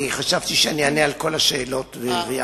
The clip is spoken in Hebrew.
אני חשבתי שאני אענה על כל השאלות ביחד.